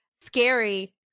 scary